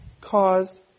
caused